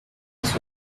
his